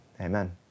Amen